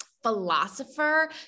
philosopher